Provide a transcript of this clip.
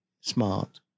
smart